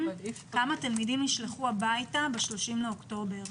כמה תלמידים נשלחו הביתה ב-30 בספטמבר.